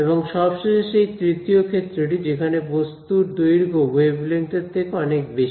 এবং সবশেষে সেই তৃতীয় ক্ষেত্রটি যেখানে বস্তুর দৈর্ঘ্য ওয়েভলেঙ্থ এর থেকে অনেক বেশি